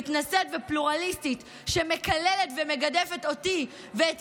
מתנשאת ופלורליסטית שמקללת ומגדפת אותי ואת